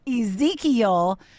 Ezekiel